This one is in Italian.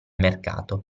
mercato